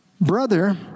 brother